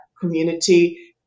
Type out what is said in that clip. community